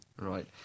Right